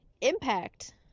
Impact